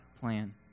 plan